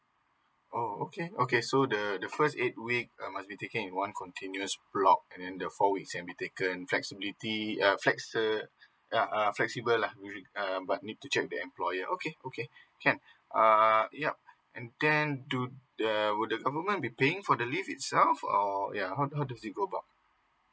oh okay okay so the the first eight week uh must be taking in one continuous block and then the four weeks can be taken flexibility uh flex uh yea uh flexible lah you err but need to check the employer okay okay can err yup and then do uh will the government be paying for the leave itself or ya how how does it go about